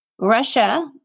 Russia